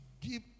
give